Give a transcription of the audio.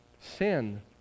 sin